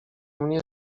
mnie